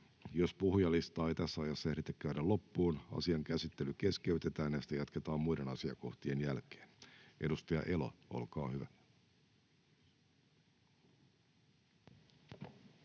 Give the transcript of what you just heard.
Jos puhujalistaa ei tässä ajassa ehditä käydä loppuun, asian käsittely keskeytetään ja sitä jatketaan muiden asiakohtien jälkeen. — Edustaja Pitko, olkaa hyvä.